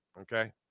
Okay